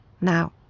Now